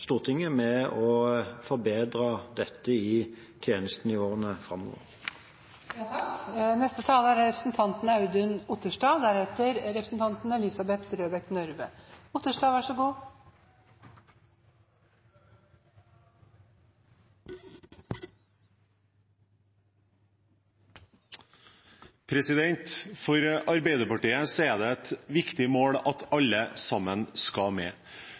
Stortinget, med å forbedre dette i tjenesten i årene framover. For Arbeiderpartiet er det et viktig mål at alle sammen skal med,